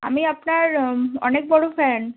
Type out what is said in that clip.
আমি আপনার অনেক বড়ো ফ্যান